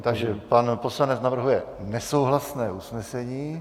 Takže pan poslanec navrhuje nesouhlasné usnesení.